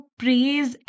praise